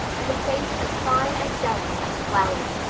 and a face as fine and delicate as a flower.